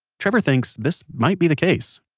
trevor thinks this might be the case